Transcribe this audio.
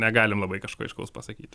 negalim labai kažko aiškaus pasakyti